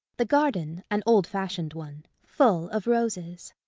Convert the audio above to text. the garden, an old-fashioned one, full of roses.